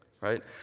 right